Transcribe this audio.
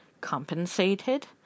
compensated